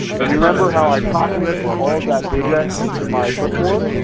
and you remember how i copied all that data into my clipboard?